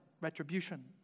retribution